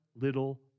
little